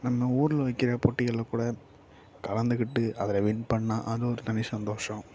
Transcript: நம்ம ஊரில் வைக்கிற போட்டிகளில் கூட கலந்துக்கிட்டு அதில் வின் பண்ணிணா அது ஒரு தனி சந்தோஷம்